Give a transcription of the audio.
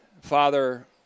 father